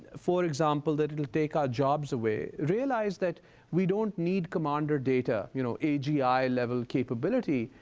for example that it'll take our jobs away, realize that we don't need commander data. you know, agi-level capability,